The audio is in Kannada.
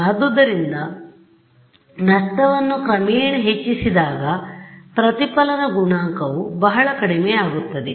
ಆದ್ದರಿಂದ ನಷ್ಟವನ್ನು ಕ್ರಮೇಣ ಹೆಚ್ಚಿಸಿದಾಗ ಪ್ರತಿಫಲನ ಗುಣಾಂಕವು ಬಹಳ ಕಡಿಮೆಯಾಗುತ್ತದೆ